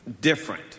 different